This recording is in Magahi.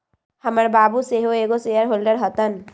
हमर बाबू सेहो एगो शेयर होल्डर हतन